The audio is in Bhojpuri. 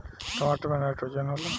टमाटर मे नाइट्रोजन होला?